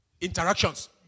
interactions